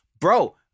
Bro